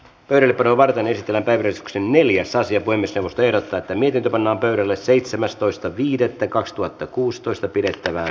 liitot ovat menestyvän persksi neljässä ja voimistelusta ja tätä nikita pannaan pöydälle seitsemästoista viidettä keskustelu päättyi